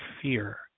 fear